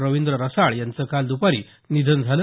रविंद्र रसाळ यांचं काल द्पारी निधन झालं